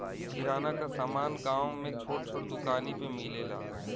किराना क समान गांव में छोट छोट दुकानी पे मिलेला